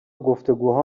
گفتگوها